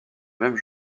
même